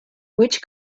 which